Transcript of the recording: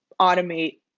automate